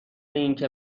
اینکه